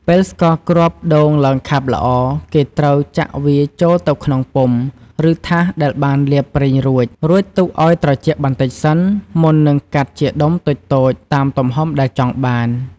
ពេលស្ករគ្រាប់ដូងឡើងខាប់ល្អ គេត្រូវចាក់វាចូលទៅក្នុងពុម្ព ឬថាសដែលបានលាបប្រេងរួច រួចទុកឲ្យត្រជាក់បន្តិចសិន មុននឹងកាត់ជាដុំតូចៗតាមទំហំដែលចង់បាន។